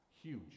huge